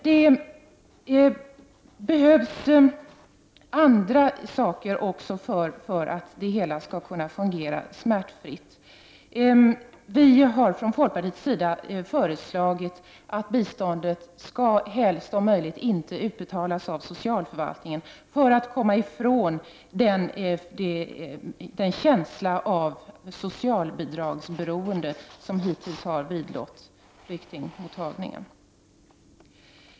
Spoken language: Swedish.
Men det behövs också andra saker för att det hela skall fungera smärtfritt. Vi i folkpartiet har föreslagit att biståndet, om detta är möjligt, helst inte skall utbetalas av socialförvaltningen — detta för att man på det sättet skall komma i från den känsla av socialbidragsberoende som hittills har vidlått flyktingmottagningen.